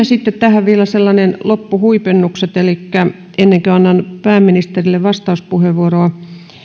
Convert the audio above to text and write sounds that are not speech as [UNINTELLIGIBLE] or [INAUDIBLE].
[UNINTELLIGIBLE] sitten tähän vielä loppuhuipennus elikkä ennen kuin annan pääministerille vastauspuheenvuoroa